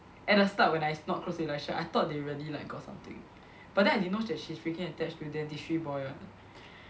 at the start when I not close to Elisha I thought they really like got something but then I didn't know that she's freaking attached to a dentistry boy [what]